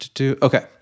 Okay